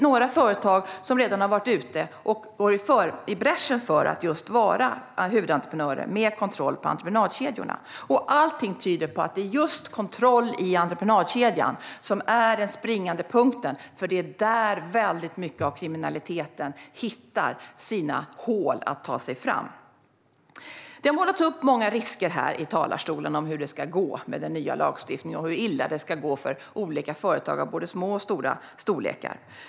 Några företag har redan varit ute och gått i bräschen för att vara huvudentreprenörer med kontroll på entreprenadkedjorna. Allt tyder på att det är just kontroll i entreprenadkedjan som är den springande punkten, för det är där mycket av kriminaliteten hittar sina kryphål för att ta sig fram. Här i talarstolen har det målats upp många risker med den nya lagstiftningen och hur illa det ska gå för olika företag, både små och stora.